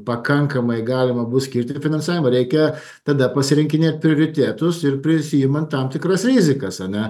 pakankamai galima bus skirti finansavimą reikia tada pasirinkinėt prioritetus ir prisiimant tam tikras rizikas ane